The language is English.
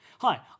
Hi